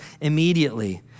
immediately